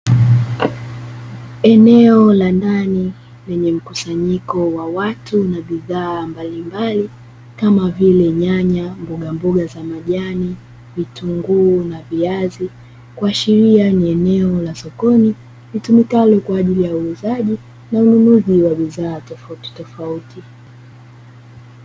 Eneo la ndani lenye mkusanyiko wa watu na bidhaa mbalimbali kama vile nyanya, mboga mboga za majani, vitunguu na viazi kuashiria ni eneo la sokoni litumikalo kwa ajili ya uzazi na umoja wa vijana tofauti tofauti.